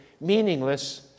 meaningless